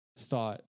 thought